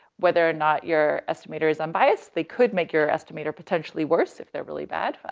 whether or not your estimator is unbiased. they could make your estimator potentially worse if they're really bad,